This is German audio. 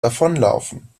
davonlaufen